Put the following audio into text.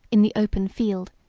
in the open field,